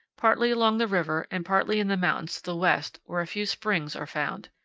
partly along the river and partly in the mountains to the west, where a few springs are found.